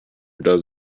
does